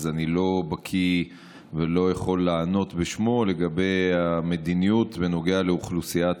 אז אני לא בקי ולא יכול לענות בשמו לגבי המדיניות בנוגע לאוכלוסיית